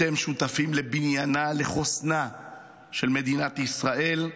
אתם שותפים לבניינה, לחוסנה של מדינת ישראל.